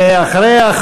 ואחריה,